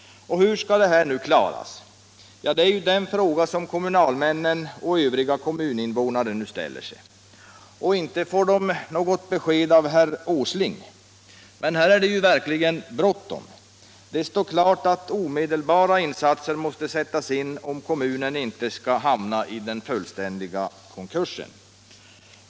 Hur skall detta klaras? Det är den fråga som kommunalmännen och övriga kommuninvånare nu ställer sig. Inte får de något besked av herr Åsling. Men här är det verkligen bråttom. Det står klart att omedelbara insatser måste sättas in, om kommunen inte skall hamna i den fullständiga konkursen.